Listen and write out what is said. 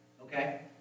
okay